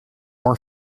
more